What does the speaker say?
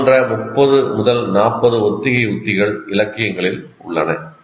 இதுபோன்ற 30 40 ஒத்திகை உத்திகள் இலக்கியங்களில் உள்ளன